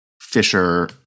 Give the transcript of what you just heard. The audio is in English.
Fisher